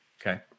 Okay